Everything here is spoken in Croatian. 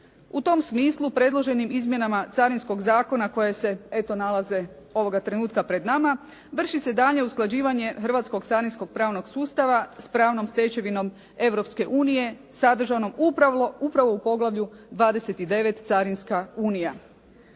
U tom smislu predloženim izmjenama Carinskog zakona koje se eto nalaze ovoga trenutka pred nama, vrši se daljnje usklađivanje hrvatskog carinskog pravnog sustava s pravnom stečevinom Europske unije sadržanog upravo u poglavlju – 29. Carinska unija.